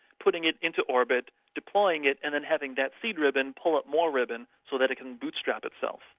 putting it into orbit, deploying it and then having that seed ribbon pull up more ribbon, so that it can bootstrap itself.